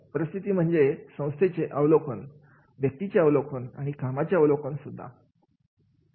परिस्थिती म्हणजे संस्थेचे अवलोकन व्यक्तीचे अवलोकन आणि कामाचे अवलोकन सुद्धा